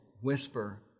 whisper